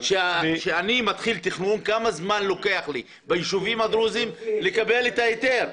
כשאני מתחיל תכנון כמה זמן לוקח לי ביישובים הדרוזיים לקבל את ההיתר?